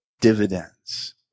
dividends